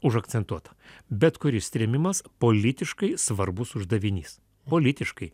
užakcentuota bet kuris trėmimas politiškai svarbus uždavinys politiškai